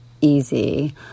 easy